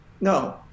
No